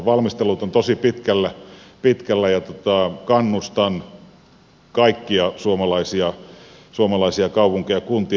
valmistelut ovat tosi pitkällä ja kannustan kaikkia suomalaisia kaupunkeja ja kuntia